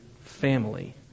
Family